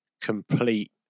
complete